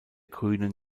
grünen